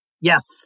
Yes